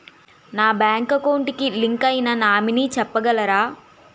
నా bank account కి link అయినా నామినీ చెప్పగలరా?